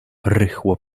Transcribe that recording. rychło